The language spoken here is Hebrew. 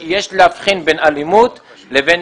יש להבחין בין אלימות לבין